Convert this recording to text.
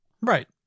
Right